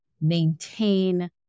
maintain